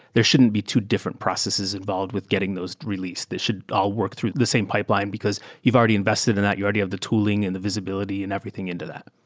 there shouldn't be two different processes involved with getting those release. they should all work through the same pipeline because you've already invested in that. you already have the tooling and the visibility and everything into that.